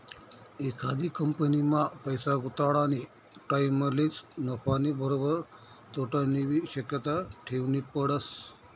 एखादी कंपनीमा पैसा गुताडानी टाईमलेच नफानी बरोबर तोटानीबी शक्यता ठेवनी पडस